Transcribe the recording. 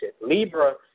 Libra